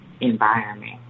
environment